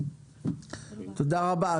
תודה רבה.